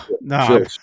no